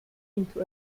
into